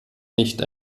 nicht